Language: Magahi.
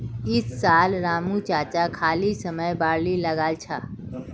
इस साल रामू चाचा खाली समयत बार्ली लगाल छ